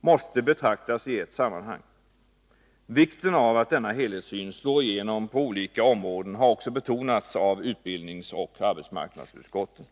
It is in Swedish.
måste betraktas i ett sammanhang. Vikten av att denna helhetssyn slår igenom på olika områden har också betonats av utbildningsoch arbetsmarknadsutskotten.